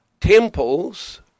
Temples